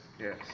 Yes